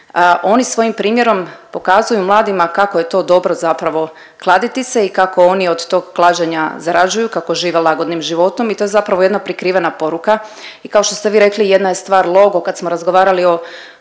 oni svojim primjerom pokazuju mladima kako je to dobro zapravo kladiti se i kako oni od tog klađenja zarađuju, kako žive lagodnim životom i to je zapravo jedna prikrivena poruka i kao što ste vi rekla, jedna je stvar logo kad smo razgovarali o,